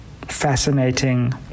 fascinating